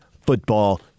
football